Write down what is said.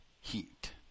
heat